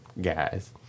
guys